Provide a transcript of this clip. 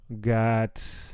got